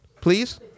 Please